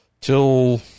till